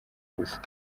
gusa